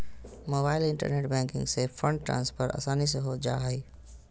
mobile internet banking से fund transfer आसानी से हो जा हइ